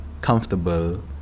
comfortable